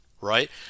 right